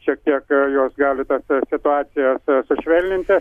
čia kiek jos gali tą situaciją sušvelninti